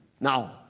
Now